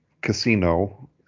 casino